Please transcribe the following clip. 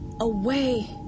away